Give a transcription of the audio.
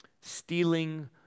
stealing